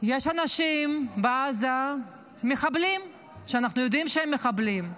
יש אנשים בעזה, מחבלים שאנחנו יודעים שהם מחבלים,